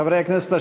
חברי הכנסת,